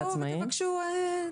מקסימום תפנו אז ותבקשו הארכה,